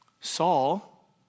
Saul